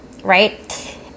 right